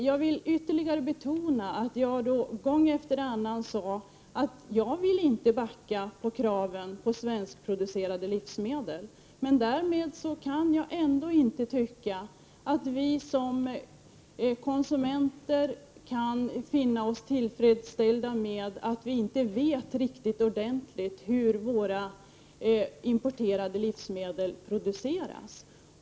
Jag vill ytterligare betona att jag gång efter annan sade att jag inte vill backa på kraven i fråga om kraven på svenskproducerade livsmedel. Därmed kan jag ändå inte tycka att vi som konsumenter skall finna oss tillfredsställda med att vi inte vet riktigt ordentligt hur våra importerade livsmedel produceras.